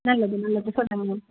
நல்லது நல்லது சொல்லுறங்க மேம்